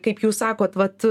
kaip jūs sakot vat